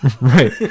Right